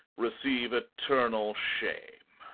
receive eternal shame!